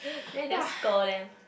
then you never scold them